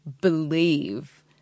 believe